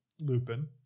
Lupin